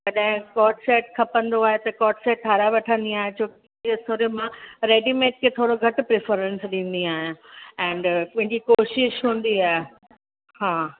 कॾहिं coord set खपंदो आहे त कॉर्ड सेट ठाहिराए वठंदी आहियां छो कि थोरे मां रेडीमेड खे थोरो घटि प्रिफ़िरंस ॾींदी आहियां एंड मुंहिंजी कोशिश हूंदी आहे हा